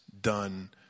done